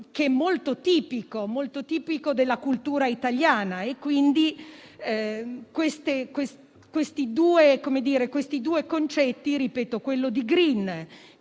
che è molto tipico della cultura italiana. Questi due concetti, quello di *green*,